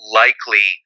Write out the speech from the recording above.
likely